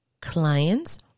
clients